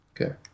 Okay